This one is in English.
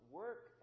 work